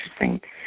Interesting